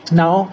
now